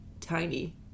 tiny